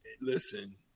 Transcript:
Listen